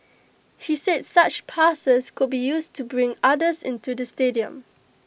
he said such passes could be used to bring others into the stadium